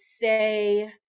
say